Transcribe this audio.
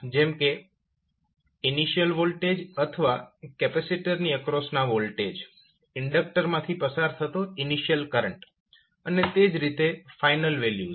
જેમ કે initial voltage અથવા કેપેસિટરની એક્રોસના વોલ્ટેજ ઇન્ડક્ટર માંથી પસાર થતો ઇનિશિયલ કરંટ અને તે જ રીતે ફાઇનલ વેલ્યુઝ